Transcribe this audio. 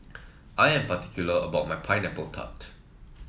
I am particular about my Pineapple Tart